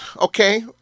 okay